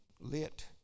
lit